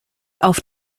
auf